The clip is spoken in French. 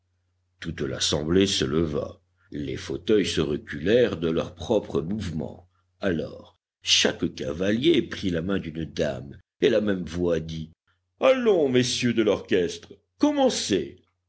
toute l'assemblée se leva les fauteuils se reculèrent de leur propre mouvement alors chaque cavalier prit la main d'une dame et la même voix dit allons messieurs de l'orchestre commencez